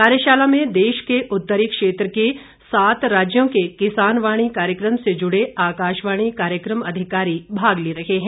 कार्यशाला में देश के उत्तरी क्षेत्र के सात राज्यों के किसानवाणी कार्यक्रम से जुड़े आकाशवाणी कार्यक्रम अधिकारी भाग ले रहे हैं